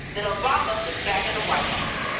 then obama is back in the white house.